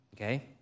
Okay